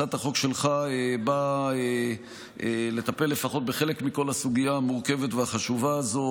הצעת החוק שלך באה לטפל לפחות בחלק מכל הסוגיה המורכבת והחשובה הזאת,